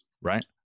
right